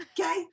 okay